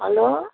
hello